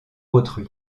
autrui